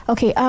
Okay